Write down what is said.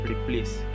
Replace